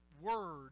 word